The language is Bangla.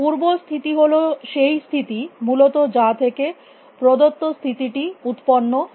পূর্ব স্থিতি হল সেই স্থিতি মূলত যা থেকে প্রদত্ত স্থিতিটি উত্পন্ন হয়